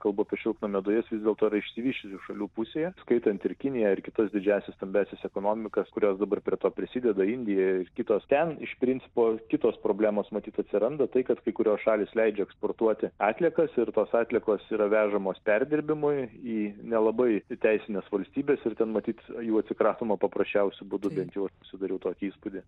kalbu apie šiltnamio dujas vis dėlto yra išsivysčiusių šalių pusėje įskaitant ir kiniją ir kitas didžiąsias stambiąsias ekonomikas kurios dabar prie to prisideda indija ir kitos ten iš principo kitos problemos matyt atsiranda tai kad kai kurios šalys leidžia eksportuoti atliekas ir tos atliekos yra vežamos perdirbimui į nelabai teisines valstybes ir ten matyt jų atsikratoma paprasčiausiu būdu bent jau aš susidariau tokį įspūdį